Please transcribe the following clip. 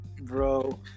bro